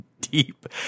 deep